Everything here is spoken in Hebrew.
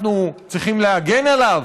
אנחנו צריכים להגן עליו.